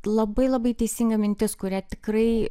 labai labai teisinga mintis kurią tikrai